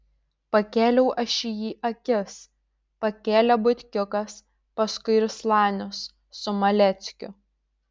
pakėliau aš į jį akis pakėlė butkiukas paskui ir slanius su maleckiu